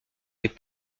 les